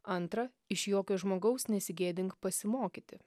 antra iš jokio žmogaus nesigėdink pasimokyti